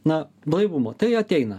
na blaivumo tai ateina